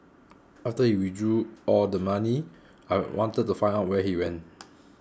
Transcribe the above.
after he withdrew all the money I wanted to find out where he went